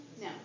No